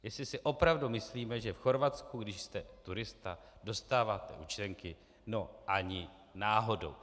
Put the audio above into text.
Jestli si opravdu myslíme, že v Chorvatsku, když jste turista, dostáváte účtenky, no ani náhodou!